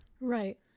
Right